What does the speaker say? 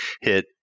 hit